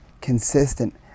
consistent